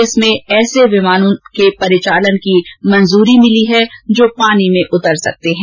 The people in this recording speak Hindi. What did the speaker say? इसमें ऐसे विमानों के परिचालन की मंजूरी मिली है जो पानी में उतर सकते हैं